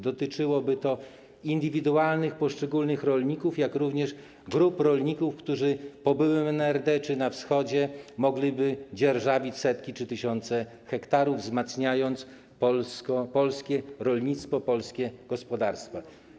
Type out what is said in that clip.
Dotyczyłoby to indywidualnych, poszczególnych rolników, jak również grup rolników, którzy na terenie byłego NRD czy na Wschodzie mogliby dzierżawić setki czy tysiące hektarów, wzmacniając polskie rolnictwo, polskie gospodarstwa.